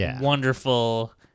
wonderful